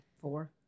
Four